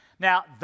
Now